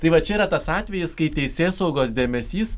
tai va čia yra tas atvejis kai teisėsaugos dėmesys